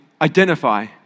identify